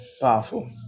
powerful